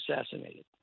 assassinated